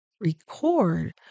record